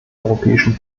europäischen